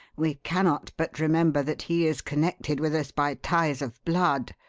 we cannot but remember that he is connected with us by ties of blood,